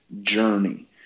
journey